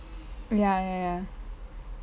ya ya ya